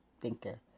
thinker